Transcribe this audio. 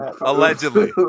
Allegedly